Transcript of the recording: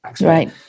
right